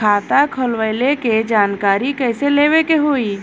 खाता खोलवावे के जानकारी कैसे लेवे के होई?